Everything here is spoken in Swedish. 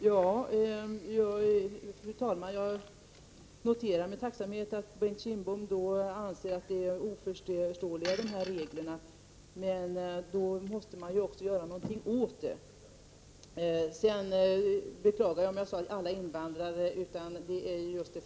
Fru talman! Jag noterar med tacksamhet att Bengt Kindbom anser att dessa regler är oförståeliga. Men då måste man ju också göra någonting åt dem. Sedan beklagar jag om jag sade att alla invandrare blir anslutna.